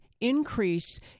increase